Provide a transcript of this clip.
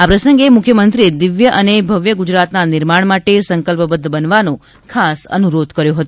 આ પ્રસંગે મુખ્યમંત્રીએ દિવ્ય અ ભવ્ય ગુજરાતના નિર્માણ માટે સંકલ્પબધ્ધ બનવાનો ખાસ અનુરોધ કર્યો હતો